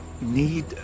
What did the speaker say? need